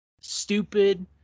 stupid